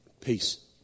Peace